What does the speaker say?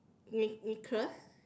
neck~ necklace